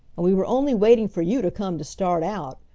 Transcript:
and we were only waiting for you to come to start out.